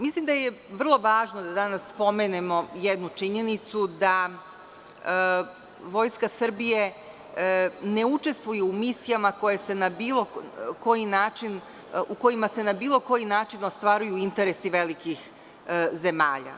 Mislim da je vrlo važno da danas pomenemo jednu činjenicu da Vojska Srbije ne učestvuje u misijama u kojima se na bilo koji način ostvaruju interesi velikih zemalja.